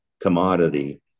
commodity